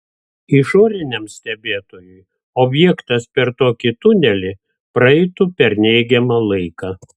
išoriniam stebėtojui objektas per tokį tunelį praeitų per neigiamą laiką